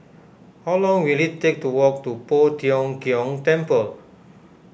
how long will it take to walk to Poh Tiong Kiong Temple